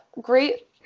great